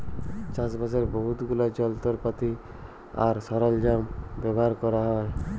চাষবাসের বহুত গুলা যলত্রপাতি আর সরল্জাম ব্যাভার ক্যরা হ্যয়